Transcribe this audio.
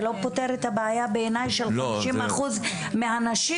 בעיניי זה לא פותר את הבעיה של 50 אחוזים מהנשים